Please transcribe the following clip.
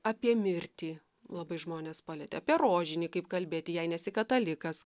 apie mirtį labai žmones palietė apie rožinį kaip kalbėti jei nesi katalikas